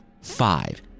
five